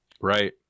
right